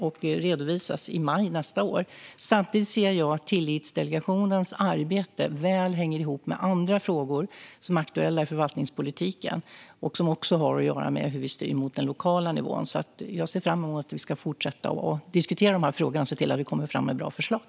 Det redovisas i maj nästa år. Samtidigt ser jag att Tillitsdelegationens arbete hänger väl ihop med andra frågor som är aktuella i förvaltningspolitiken och som har att göra med hur vi styr mot den lokala nivån. Jag ser fram emot att fortsätta diskutera frågorna och att se till att vi kommer fram med bra förslag.